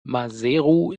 maseru